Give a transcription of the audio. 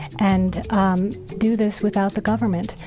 and um do this without the government.